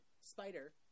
spider